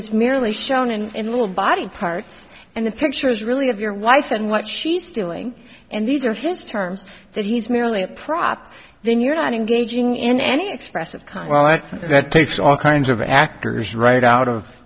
is merely shown in in little body parts and the pictures really of your wife and what she's doing and these are his terms that he's merely a prop then you're not engaging in any expressive conwell act that takes all kinds of actors right out of